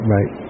Right